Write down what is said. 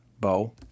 bow